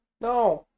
No